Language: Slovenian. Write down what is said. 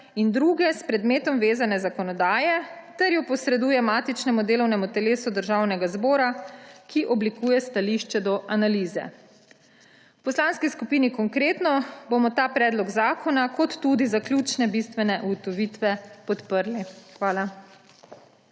in druge s predmetom vezane zakonodaje ter jo posreduje matičnemu delovnemu telesu Državnega zbora, ki oblikuje stališče do analize.« V Poslanski skupini Konkretno bomo ta predloga zakona kot tudi zaključne bistvene ugotovitve podprli. Hvala.